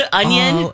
onion